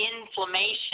inflammation